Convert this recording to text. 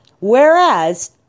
Whereas